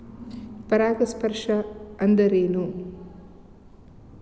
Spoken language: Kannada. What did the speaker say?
ಪರಾಗಸ್ಪರ್ಶ ಅಂದರೇನು?